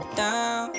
down